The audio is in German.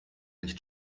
nicht